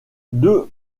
deux